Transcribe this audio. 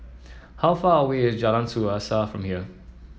how far away is Jalan Suasa from here